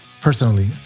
Personally